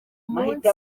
munsi